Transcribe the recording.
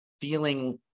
feeling